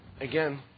Again